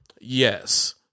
Yes